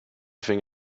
thing